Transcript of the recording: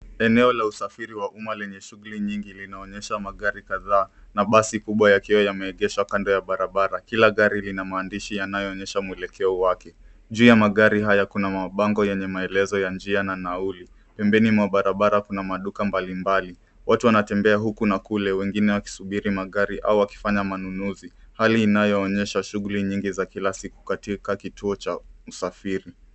Eneo la usafiri wa umma lenye shughuli nyingi linaonyesha magari kadhaa na basi kubwa yakiwa yameegeshwa kando ya barabara. Kila gari lina maandishi yanayoonyesha muelekeo wake. Juu ya magari haya kuna mabango yenye maelezo ya njia na nauli. Pembeni mwa barabara kuna maduka mbalimbali. Watu wanatembea huku na kule wengine wakisubiri magari au wakifanya manunuzi. Hali inayoonyesha shughuli nyingi za kila siku katika kituo cha usafiri.